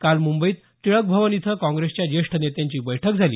काल मुंबईत टिळक भवन इथं काँग्रेसच्या ज्येष्ठ नेत्यांची बैठक झाली